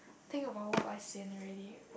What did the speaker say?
think about work I sian already